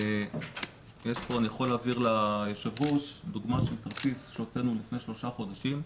אני יכול להעביר ליושב ראש דוגמה של תדפיס שהוצאנו לפני שלושה חודשים,